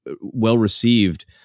well-received